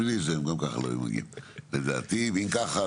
אם כך,